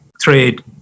trade